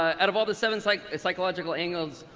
out of all the seven like psychological angles,